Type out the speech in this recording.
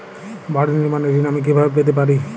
বাড়ি নির্মাণের ঋণ আমি কিভাবে পেতে পারি?